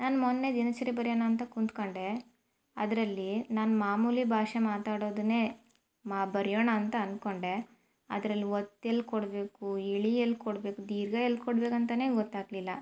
ನಾನು ಮೊನ್ನೆ ದಿನಚರಿ ಬರೆಯೋಣ ಅಂತ ಕೂತ್ಕೊಂಡೆ ಅದರಲ್ಲಿ ನಾನು ಮಾಮೂಲಿ ಭಾಷೆ ಮಾತಾಡೋದನ್ನೇ ಮಾ ಬರೆಯೋಣ ಅಂತ ಅಂದ್ಕೊಂಡೆ ಅದ್ರಲ್ಲಿ ಒತ್ತು ಎಲ್ಲಿ ಕೊಡಬೇಕು ಇಳಿ ಎಲ್ಲಿ ಕೊಡ್ಬೇಕು ದೀರ್ಘ ಎಲ್ಲಿ ಕೊಡ್ಬೇಕು ಅಂತಲೇ ಗೊತ್ತಾಗಲಿಲ್ಲ